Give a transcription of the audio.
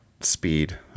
speed